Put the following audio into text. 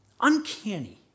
uncanny